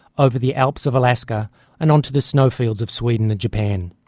over the alps of alaska and onto the snowfields of sweden and japan.